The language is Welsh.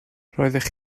roeddech